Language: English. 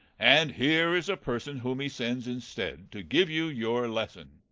and here is a person whom he sends instead, to give you your lesson.